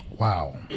wow